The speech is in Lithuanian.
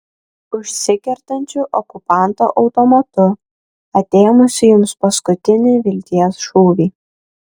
užsikertančiu okupanto automatu atėmusiu jums paskutinį vilties šūvį